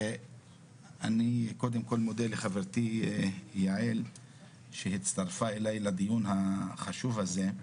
אני קודם כל מודה לחברתי יעל שהצטרפה אליי לדיון החשוב הזה,